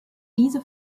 diese